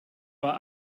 war